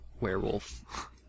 Werewolf